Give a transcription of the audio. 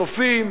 צופים,